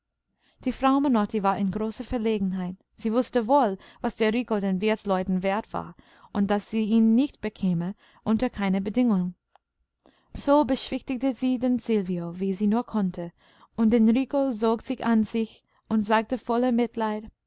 die frau menotti war in großer verlegenheit sie wußte wohl was der rico den wirtsleuten wert war und daß sie ihn nicht bekäme unter keiner bedingung so beschwichtigte sie den silvio wie sie nur konnte und den rico zog sie an sich und sagte voller mitleid